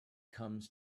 comes